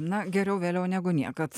na geriau vėliau negu niekad